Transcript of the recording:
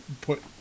put